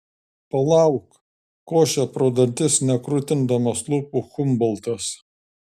palauk košė pro dantis nekrutindamas lūpų humboltas